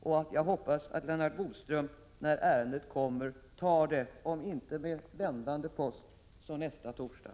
Vidare hoppas jag att Lennart Bodström, när ärendet kommer in, tar det, om inte med vändande post, så nästa torsdag.